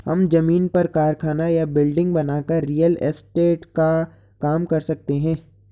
हम जमीन पर कारखाना या बिल्डिंग बनाकर रियल एस्टेट का काम कर सकते है